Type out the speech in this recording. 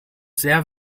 sehr